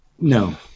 no